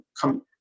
come